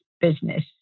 business